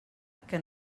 que